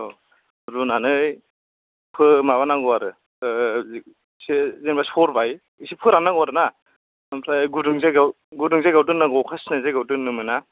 रुनानै माबानांगौ आरो एसे जेनेबा सरबाय एसे फोराननांगौ आरोना ओमफ्राय गुदुं जायगायाव गुदुं जायगायाव दोननांगौ अखा सिनाय जायगायाव दोननो मोना